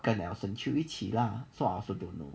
跟 elson chew 一起 lah so I also don't know